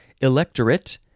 electorate